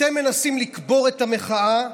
אתם מנסים לקבור את המחאה,